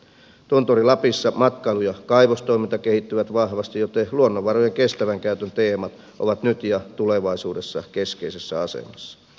tunturi lapissa matkailu ja kaivostoiminta kehittyvät vahvasti joten luonnonvarojen kestävän käytön teemat ovat nyt ja tulevaisuudessa keskeisessä asemassa